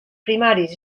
primaris